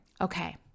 Okay